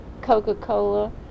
Coca-Cola